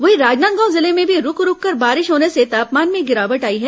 वहीं राजनादगांव जिले में भी रूक रूककर बारिश होने से तापमान में गिरावट आई है